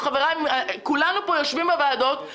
בחרדת קודש.